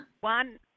one